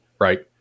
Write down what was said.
right